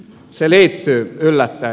se liittyy yllättäen